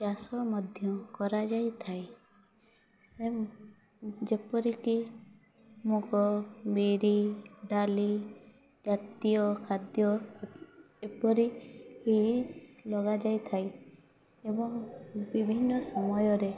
ଚାଷ ମଧ୍ୟ କରାଯାଇଥାଏ ଯେପରିକି ମୁଗ ବିରି ଡାଲି ଜାତୀୟ ଖାଦ୍ୟ ଏପରି ହିଁ ଲଗାଯାଇଥାଏ ଏବଂ ବିଭିନ୍ନ ସମୟରେ